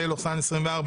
פ/1348/24,